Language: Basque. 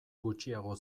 gutxiago